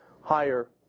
higher